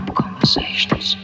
conversations